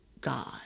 God